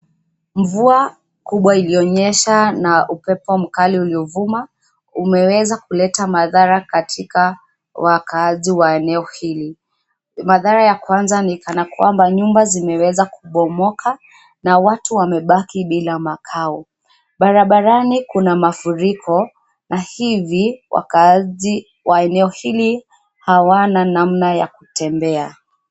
Mvua, kubwa iliyonyesha na upepo mkali uliovuma, umeweza kuleta madhara, katika wakaaji wa eneo hili. Madhara ya kwanza ni kana kwamba nyumba zimeweza kubomoka, na watu wamebaki bila makao. Barabarani kuna mafuriko, na hivi, wakaaji, wa eneo hili, hawana namna ya kutembea.